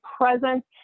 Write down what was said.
presence